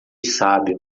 sábio